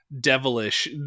devilish